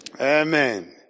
Amen